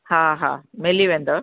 हा हा मिली वेंदव